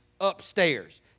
upstairs